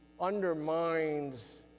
undermines